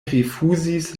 rifuzis